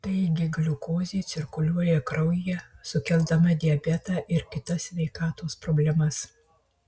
taigi gliukozė cirkuliuoja kraujyje sukeldama diabetą ir kitas sveikatos problemas